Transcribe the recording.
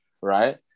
Right